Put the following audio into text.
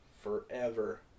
forever